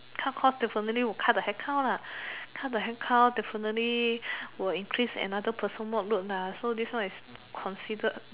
cut cost definitely will cut the headcount lah cut the headcount definitely will increase another person workload lah so this one is considered